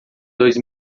dois